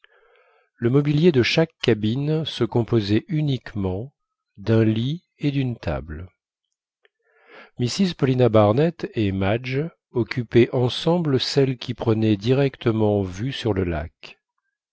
le mobilier de chaque cabine se composait uniquement d'un lit et d'une table mrs paulina barnett et madge occupaient ensemble celle qui prenait directement vue sur le lac